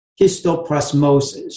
histoplasmosis